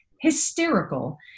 hysterical